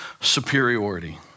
superiority